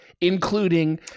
including